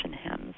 hymns